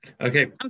Okay